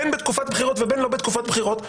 בין בתקופת בחירות ובין לא בתקופות בחירות.